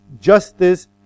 justice